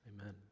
Amen